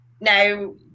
now